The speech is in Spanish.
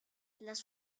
las